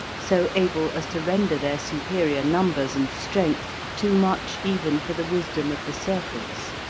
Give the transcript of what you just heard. so able as to render their superior numbers and strength too much even for the wisdom of the circles.